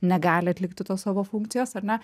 negali atlikti tos savo funkcijos ar ne